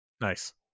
Nice